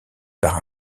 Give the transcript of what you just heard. par